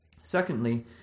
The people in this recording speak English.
Secondly